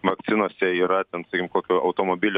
vakcinose yra ten sakykim kokio automobilio